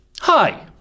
hi